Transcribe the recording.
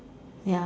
ya